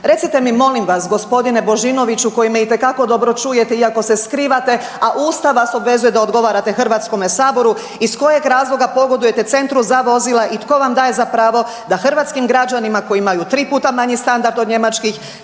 Recite mi molim vas, g. Božinoviću koji me itekako dobro čujete iako se skrivate, a usta vas obvezuju da odgovarate HS-u, iz kojeg razloga pogodujete Centru za vozila i tko vam daje za pravo da hrvatskim građanima koji imaju 3 puta manji standard od njemačkih,